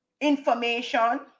information